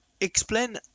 explain